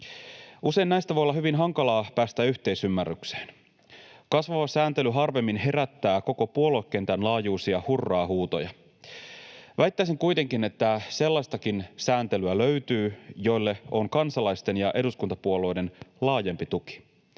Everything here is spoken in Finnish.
Usein näistä voi olla hyvin hankalaa päästä yhteisymmärrykseen. Kasvava sääntely harvemmin herättää koko puoluekentän laajuisia hurraa-huutoja. Väittäisin kuitenkin, että löytyy sellaistakin sääntelyä, jolle on kansalaisten ja eduskuntapuolueiden laajempi tuki.